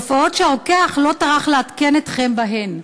תופעות שהרוקח לא טרח לעדכן אתכם בהן.